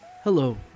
Hello